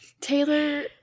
Taylor